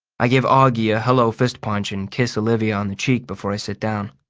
i give auggie a hello fist-punch and kiss olivia on the cheek before i sit down.